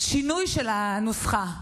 שינוי של הנוסחה,